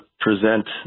present